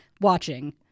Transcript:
watching